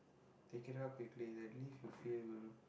take it out quickly at least you feel